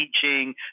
teaching